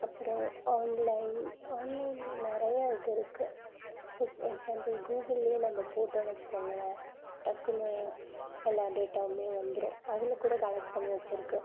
அப்புறம் ஆன்லைன் ஆன்லைனில் நிறையா இது இருக்குது இப்போ எக்ஸாம்பிள் கூகுள்லேயே நம்ம போட்டோம்ன்னு வச்சுக்கோங்களேன் டக்குன்னு எல்லா டேட்டாவுமே வந்துடும் அதில் கூட கலெக்ட் பண்ணி வச்சுருக்கு